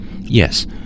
Yes